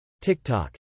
TikTok